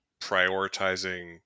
prioritizing